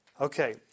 Okay